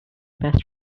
best